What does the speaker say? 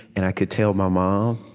and i could tell my mom